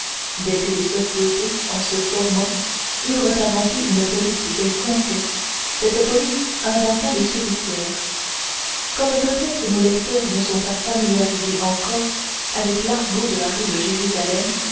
dès que les sociétés en se formant eurent inventé une police quelconque cette police à son tour inventa les souricières comme peut-être nos lecteurs ne sont pas familiarisés encore avec l'argot de la rue de jérusalem